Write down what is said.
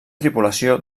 tripulació